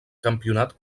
campionat